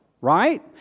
right